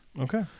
Okay